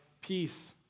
peace